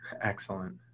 Excellent